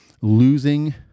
losing